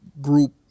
group